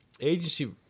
agency